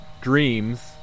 dreams